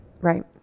Right